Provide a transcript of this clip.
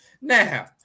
Now